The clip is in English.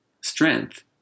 strength